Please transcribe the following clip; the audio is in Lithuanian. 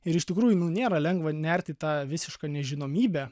ir iš tikrųjų nu nėra lengva nert į tą visišką nežinomybę